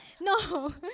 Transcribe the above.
No